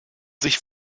sich